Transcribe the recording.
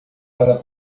para